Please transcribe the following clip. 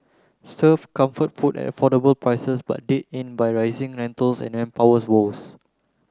serve comfort food at affordable prices but did in by rising rentals and manpower woes